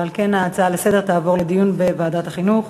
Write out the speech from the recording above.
ועל כן ההצעה לסדר-היום תעבור לדיון בוועדת החינוך.